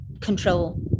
control